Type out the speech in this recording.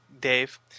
dave